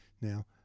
now